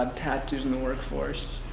um tattoos in the workforce.